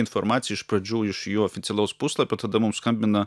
informaciją iš pradžių iš jų oficialaus puslapio tada mums skambina